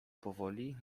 powoli